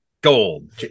Gold